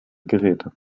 geräte